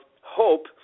hope